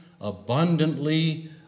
abundantly